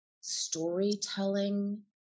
storytelling